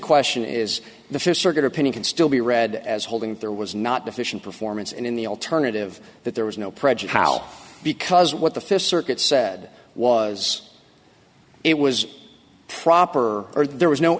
question is the fifth circuit opinion can still be read as holding there was not deficient performance in the alternative that there was no prejudice because what the fifth circuit said was it was proper or there was no